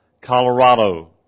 Colorado